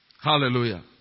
Hallelujah